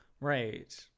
right